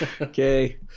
Okay